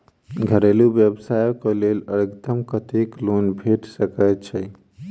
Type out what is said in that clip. घरेलू व्यवसाय कऽ लेल अधिकतम कत्तेक लोन भेट सकय छई?